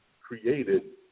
created